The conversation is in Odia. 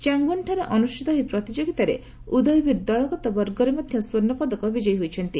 ଚାଙ୍ଗଓ୍ନନ୍ଠାରେ ଅନୁଷ୍ଠିତ ଏହି ପ୍ରତିଯୋଗିତାରେ ଉଦୟବୀର ଦଳଗତ ବର୍ଗରେ ମଧ୍ୟ ସ୍ୱର୍ଣ୍ଣପଦକ ବିଜୟୀ ହୋଇଛନ୍ତି